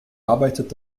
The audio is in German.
arbeitet